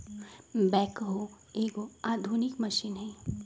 backhoe एगो आधुनिक मशीन हइ